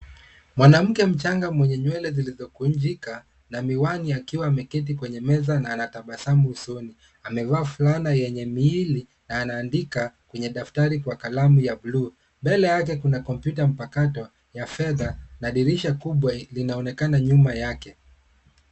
Mwanamke mchanga mwenye nywele zilizokunjika na miwangwi, akiwa ameketi kwenye meza na anatabasamu usoni. Amevaa fulana yenye mikono mifupi na anaandika kwenye daftari kwa kalamu ya buluu. Mbele yake kuna kompyuta mpakato ya fedha, na dirisha kubwa linaonekana nyuma yake.